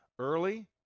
Early